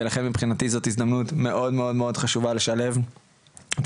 ולכן מבחינתי זאת הזדמנות מאוד מאוד חשובה לשלב את